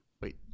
wait